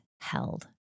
held